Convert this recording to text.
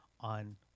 on